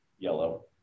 Yellow